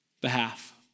behalf